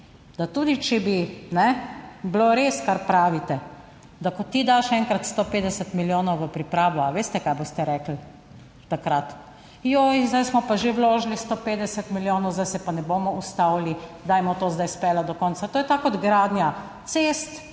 da tudi če bi, kajne, bilo res, kar pravite, da, ko ti daš enkrat 150 milijonov v pripravo, a veste kaj boste rekli, takrat? Joj, zdaj smo pa že vložili 150 milijonov, zdaj se pa ne bomo ustavili, dajmo to zdaj speljati do konca. To je tako kot gradnja cest